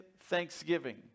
thanksgiving